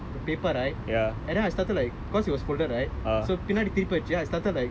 the paper right and then I started like because it was folded right so பின்னாடி திருப்பி வச்சி:pinnaadi tiruppi vachi I started like